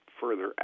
further